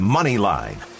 Moneyline